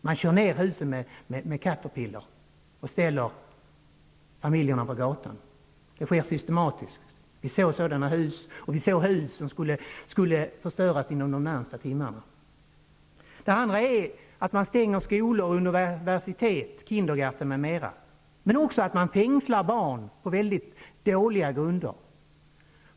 Man kör systematiskt ned husen med caterpiller och ställer familjerna på gatan. Vi såg hus som utsatts för detta och hus som skulle försöras inom de närmaste timmarna. Det andra är att man stänger skolor, universitet, kindergarten m.m., men också fängslar barn på väldigt dåliga grunder.